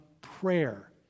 prayer